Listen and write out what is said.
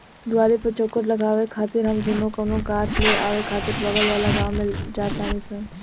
दुआरी पर चउखट लगावे खातिर हम दुनो कवनो काठ ले आवे खातिर बगल वाला गाँव में जा तानी सन